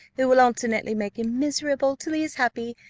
who will alternately make him miserable till he is happy,